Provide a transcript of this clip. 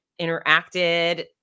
interacted